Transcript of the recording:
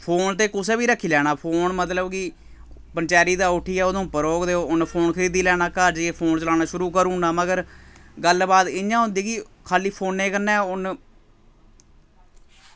phone ते कुसै बी रक्खी लैना फोन मतलब कि पंचैरी दा उट्ठियै उधमपुर औग ते उ'न्न फोन खरीदी लैना ते घर जाइयै फोन चलाना शुरू करी ओड़ना मगर गल्ल बात इ'यां होंदी कि खाल्ली फोनै कन्नै उ'न्न